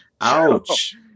ouch